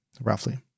roughly